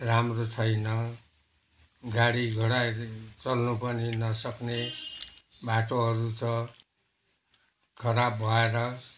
राम्रो छैन गाडी घोडा चल्नु पनि नसक्ने बाटोहरू छ खराब भएर